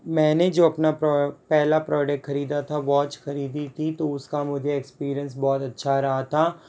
मैंने जो अपना पहला प्रोडेक्ट खरीदा था वॉच खरीदी थी तो उसका मुझे इक्स्पीरीअन्स बहुत अच्छा रहा था